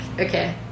okay